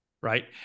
right